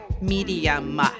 medium